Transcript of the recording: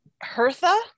hertha